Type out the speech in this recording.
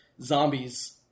zombies